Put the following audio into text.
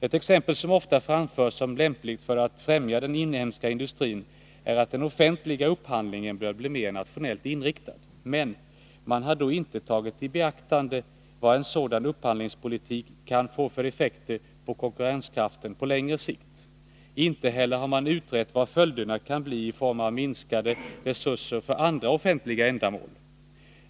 Ett exempel som ofta framförs som lämpligt för att främja den inhemska industrin är att den offentliga upphandlingen bör bli mer nationellt inriktad. Men man har då inte tagit i beaktande vad en sådan upphandlingspolitik kan få för effekter på konkurrenskraften på längre sikt. Inte heller har man utrett vad följderna kan bli i form av minskade resurser för andra offentliga ändamål.